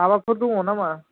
माबाफोर दङ ना मा